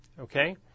Okay